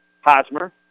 Hosmer